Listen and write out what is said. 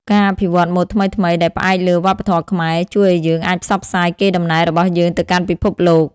ការអភិវឌ្ឍម៉ូដថ្មីៗដែលផ្អែកលើវប្បធម៌ខ្មែរ ជួយឱ្យយើងអាចផ្សព្វផ្សាយកេរដំណែលរបស់យើងទៅកាន់ពិភពលោក។